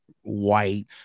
white